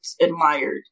admired